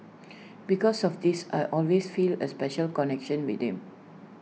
because of this I always feel A special connection with him